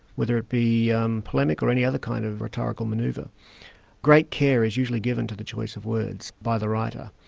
whether it be um polemic or any other kind of rhetorical manoeuvre, ah great care is usually given to the choice of words by the writer.